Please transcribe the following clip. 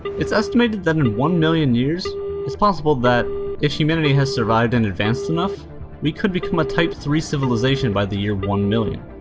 it's estimated that in one million years it's possible that if humanity has survived and advanced enough we could become a type three civilization by the year one million.